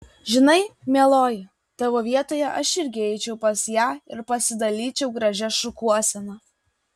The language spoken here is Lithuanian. žinai mieloji tavo vietoje aš irgi eičiau pas ją ir pasidalyčiau gražią šukuoseną